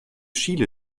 chile